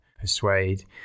persuade